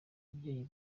ababyeyi